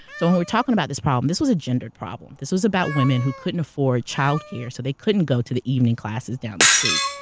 so when we're talking about this problem, this was a gendered problem. this was about women who couldn't afford childcare, so they couldn't go to the evening classes down the street,